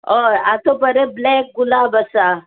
हय आतां बरे ब्लॅक गुलाब आसा